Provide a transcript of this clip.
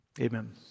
Amen